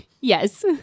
Yes